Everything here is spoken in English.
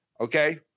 okay